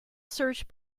search